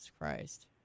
Christ